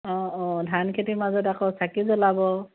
অঁ অঁ ধান খেতিৰ মাজত আকৌ চাকি জ্বলাব